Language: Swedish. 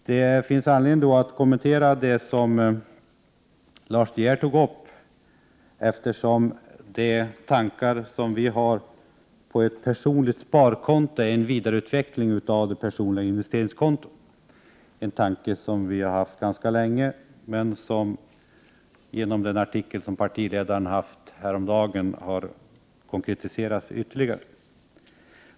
Det finns anledning att kommentera det som Lars De Geer tog upp, eftersom de tankar vi har om ett personligt sparkonto är en vidareutveckling av det personliga investeringskontot. Det är en tanke som vi haft ganska länge men som genom den artikel som vår partiledare publicerade häromdagen har konkretiserats ytterligare.